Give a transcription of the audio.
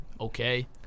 okay